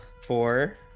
four